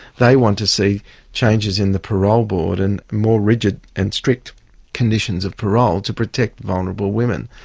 they want to see changes in the parole board and more rigid and strict conditions of parole to protect vulnerable women.